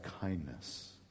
kindness